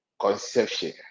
conception